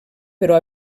però